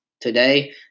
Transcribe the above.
Today